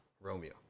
Romeo